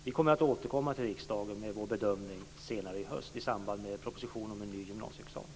Vi kommer att återkomma till riksdagen med vår bedömning senare i höst, i samband med propositionen om en ny gymnasieexamen.